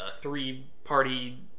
three-party